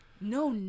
No